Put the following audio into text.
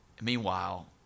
Meanwhile